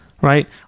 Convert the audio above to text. right